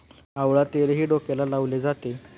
आवळा तेलही डोक्याला लावले जाते